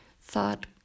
thought